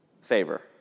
favor